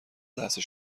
لحظه